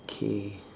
okay